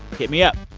hit me up.